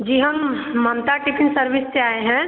जी हम Mamta tiffin service से आए हैं